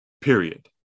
period